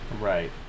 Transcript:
right